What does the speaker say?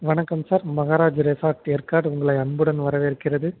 வணக்கம் sir Maharaja resort ஏற்கார்டு உங்களை அன்புடன் வரவேற்கிறது